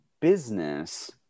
business